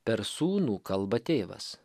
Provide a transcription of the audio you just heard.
per sūnų kalba tėvas